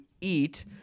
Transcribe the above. eat